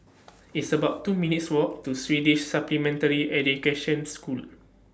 It's about two minutes' Walk to Swedish Supplementary Education School